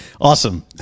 Awesome